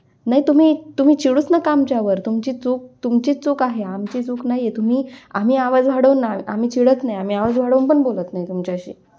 नाही तुम्ही तुम्ही चिडूच नका आमच्यावर तुमची चूक तुमचीच चूक आहे आमची चूक नाही आहे तुम्ही आम्ही आवाज वाढवणार आम्ही चिडत नाही आम्ही आवाज वाढवून पण बोलत नाही तुमच्याशी